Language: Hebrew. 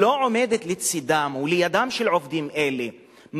לא עומדת לידם ולצדם של עובדים אלה,